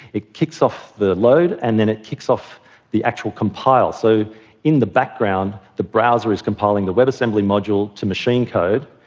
it kicks off the load and then it kicks off the actual compile. so in the background, the browser is compiling the webassembly module to machine code,